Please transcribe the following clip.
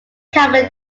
common